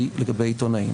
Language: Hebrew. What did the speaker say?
שאמרתי, לגבי עיתונאים